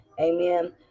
amen